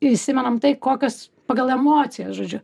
įsimenam tai kokios pagal emocijas žodžiu